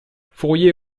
fourier